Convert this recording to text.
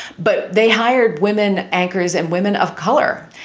but they hired women, anchors and women of color.